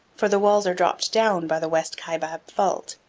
for the walls are dropped down by the west kaibab fault,